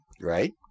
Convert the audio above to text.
Right